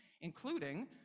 including